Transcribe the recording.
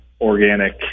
organic